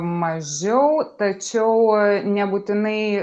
mažiau tačiau nebūtinai